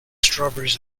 strawberries